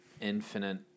infinite